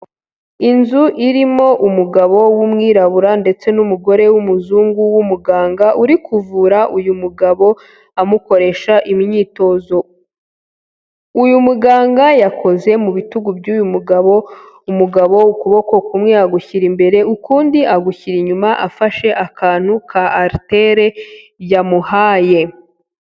Inzu irimo umugabo w'umwirabura ndetse n'umugore w'umuzungu w'umuganga uri kuvura uyu mugabo amukoresha imyitozo, uyu muganga yakoze mu bitugu by'uyu mugabo, umugabo ukuboko kumwe agushyira imbere, ukundi agushyira inyuma afashe akantu k'aritere yamuhaye.